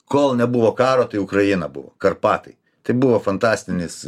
kol nebuvo karo tai ukraina buvo karpatai tai buvo fantastinis